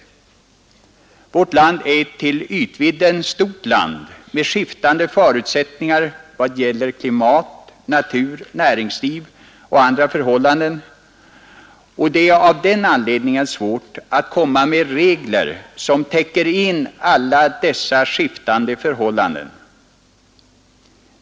Vårt land är ett till ytvidden stort land med skiftande förutsättningar i vad det gäller klimat, natur, näringsliv och andra förhållanden, och det är av den anledningen svårt att göra regler som täcker in alla skiftande förhållanden.